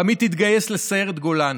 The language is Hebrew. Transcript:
ועמית התגייס לסיירת גולני.